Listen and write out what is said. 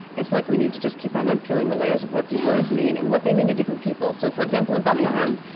it's like we need to just keep on unpeeling the layers of what these words mean and what they mean to different people. so for example, in bethlehem,